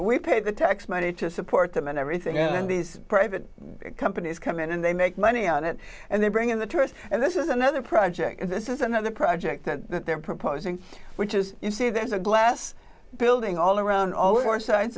we pay the tax money to support them and everything and these private companies come in and they make money on it and they bring in the tourists and this is another project this is another project that they're proposing which is you see there's a glass building all around al